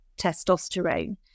testosterone